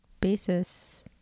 basis